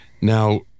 now